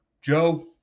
Joe